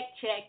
check